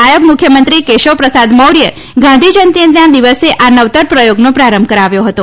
નાયબ મુખ્યમંત્રી કેશવ પ્રસાદ મૌર્યે ગાંધી જયંતીના દિવસે આ નવતર પ્રથોગનો પ્રારંભ કરાવ્યો હતો